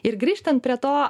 ir grįžtant prie to